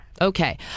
Okay